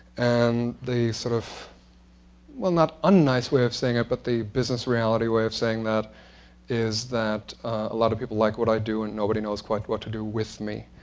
and the sort of well, not un-nice way of saying it, but the business reality way of saying that is that a lot of people like what i do and nobody knows quite what to do with me.